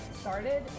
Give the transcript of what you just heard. started